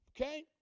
okay